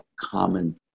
common